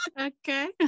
Okay